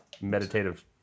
meditative